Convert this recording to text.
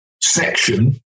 section